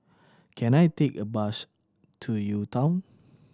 can I take a bus to U Town